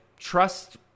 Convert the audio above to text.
trust